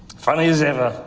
fine as ever